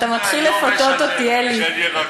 מה זה היובש הזה של ירקות?